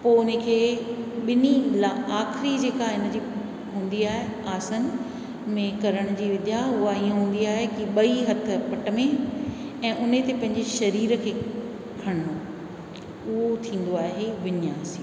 पोइ उन खे ॿिन्ही आख़िर जेका हिन जी हूंदी आहे आसन में करण जी विद्या उहा हूंदी आहे के ॿई हथ पट में ऐं उन ते पंहिंजे शरीर खे खणिणो उहो थींदो आहे विनियास योग